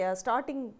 starting